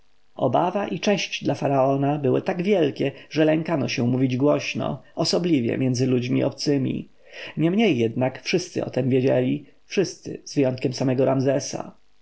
obawa i cześć dla faraona były tak wielkie że lękano się mówić głośno osobliwie między ludźmi obcymi niemniej jednak wszyscy o tem wiedzieli wszyscy z wyjątkiem samego ramzesa